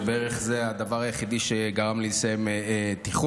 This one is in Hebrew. ובערך זה הדבר היחיד שגרם לי לסיים תיכון.